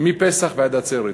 מפסח ועד עצרת,